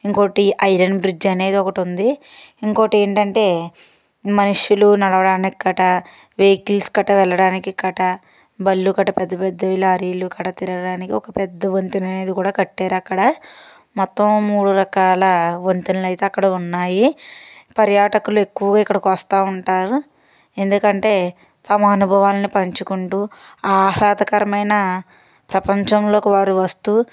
ఇంకోటి iron bridge అనేది ఒకటి ఉంది ఇంకోటి ఏంటంటే మనుషులు నడవడానికి కట వెహికల్స్ వెళ్ళడానికి కట బళ్ళు కట పెద్ద పెద్దవి లారీలు కట తిరగడానికి ఒక పెద్ద వంతెన అనేది కూడా కట్టారు అక్కడ మొత్తం మూడు రకాల వంతెనలు అయితే అక్కడ ఉన్నాయి పర్యాటకులు ఎక్కువ ఇక్కడికి వస్తూ ఉంటారు ఎందుకంటే వాళ్ళ అనుభవాలను పంచుకుంటూ ఆహ్లాదకరమైన ప్రపంచంలోకి వారు వస్తూ